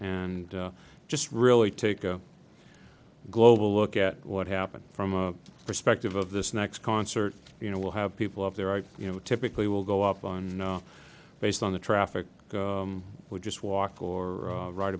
and just really take a global look at what happened from a perspective of this next concert you know we'll have people up there are you know typically will go up on based on the traffic would just walk or ride